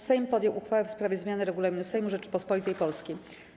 Sejm podjął uchwałę w sprawie zmiany Regulaminu Sejmu Rzeczypospolitej Polskiej.